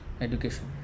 education